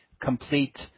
complete